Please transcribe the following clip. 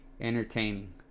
entertaining